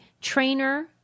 trainer